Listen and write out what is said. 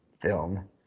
film